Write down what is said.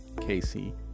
Casey